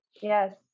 Yes